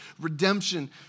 redemption